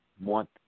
want